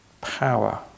power